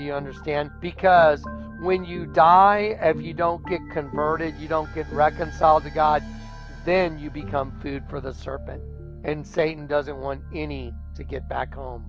you understand because when you die as you don't get converted you don't get reconciled to god then you become food for the serpent and satan doesn't want any to get back home